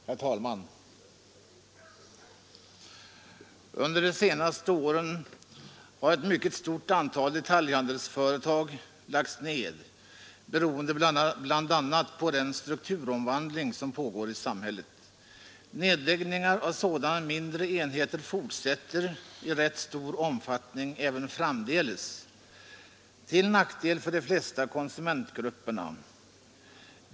Herr talman! Under de senaste åren har ett mycket stort antal detaljhandelsföretag lagts ned beroende bl.a. på den strukturomvandling som pågår i samhället. Nedläggningar av sådana mindre enheter fortsätter i rätt stor omfattning även framdeles till nackdel för de flesta konsumentgrupperna.